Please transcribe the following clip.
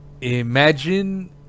Imagine